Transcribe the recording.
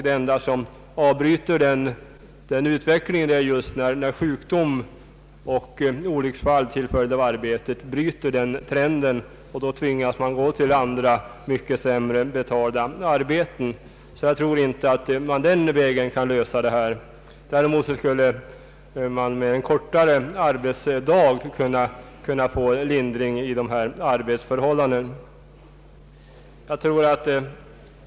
Det enda som avbryter den utvecklingen är just när sjukdom och olycksfall till följd av arbetet bryter den trenden. Då tvingas man gå till andra, mycket sämre betalade arbeten. Jag tror alltså inte att man på det sättet kan lösa frågan, Däremot skulle man med en kortare arbetsdag kunna få en lindring av dessa arbetsförhållanden.